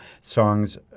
songs